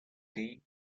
dee